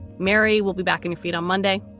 mary will be back on your feet on monday.